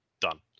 Done